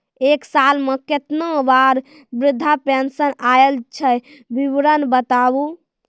एक साल मे केतना बार वृद्धा पेंशन आयल छै विवरन बताबू?